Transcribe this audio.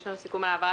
יש לנו סיכום על העברת